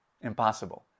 Impossible